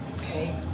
okay